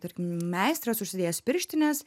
tarkim meistras užsidėjęs pirštines